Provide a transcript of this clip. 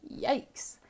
Yikes